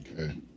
Okay